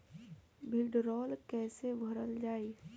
भीडरौल कैसे भरल जाइ?